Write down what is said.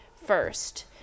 First